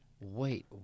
Wait